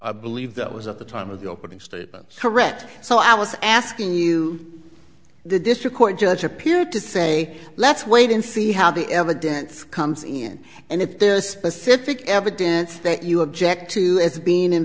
offered i believe that was at the time of the opening statement correct so i was asking you the district court judge appeared to say let's wait and see how the evidence comes in and if there's specific evidence that you object to as being in